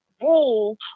rule